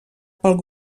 pel